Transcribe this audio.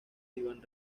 iván